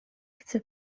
chcę